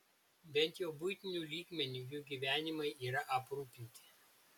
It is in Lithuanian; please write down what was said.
bent jau buitiniu lygmeniu jų gyvenimai yra aprūpinti